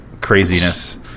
craziness